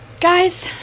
guys